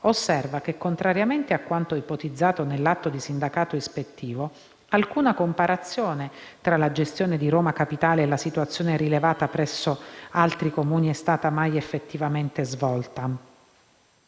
osserva che, contrariamente a quanto ipotizzato nell’atto di sindacato ispettivo, alcuna comparazione tra la gestione di Roma Capitale e la situazione rilevata presso altri Comuni è stata mai effettivamente svolta: